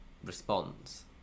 Response